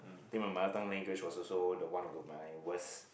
think my mother tongue language was also the one of the my worst